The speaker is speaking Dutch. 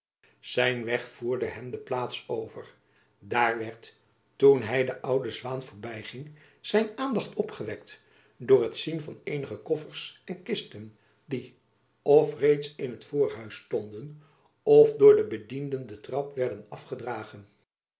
zijn weg voerde hem de plaats over daar werd toen hy de oude zwaen voorbyging zijn aandacht opgewekt door het zien van eenige koffers en kisten die of reeds in t voorhuis stonden of door de bedienden den trap werden afgedragen